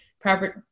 property